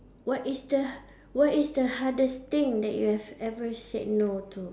what is the what is the hardest thing that you have ever said no to